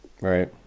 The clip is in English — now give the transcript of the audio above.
Right